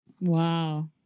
Wow